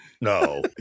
No